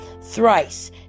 thrice